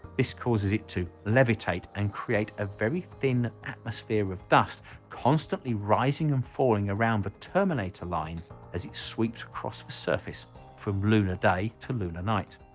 this causes it to levitate and create a very thin atmosphere of dust constantly rising and falling around the terminator' line as it sweeps across the surface from lunar day to lunar night.